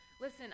listen